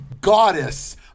goddess